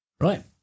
Right